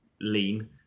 lean